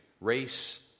race